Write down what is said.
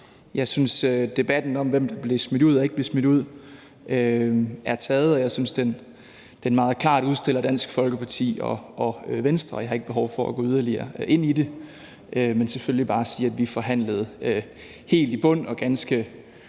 Jeg synes, at debatten om, hvem der blev smidt ud, og hvem der ikke blev smidt ud, er taget, og jeg synes, at den meget klart udstiller Dansk Folkeparti og Venstre. Jeg har ikke behov for yderligere at gå ind i det, men vil selvfølgelig bare sige, at vi forhandlede helt i bund og ganske